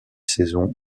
saisons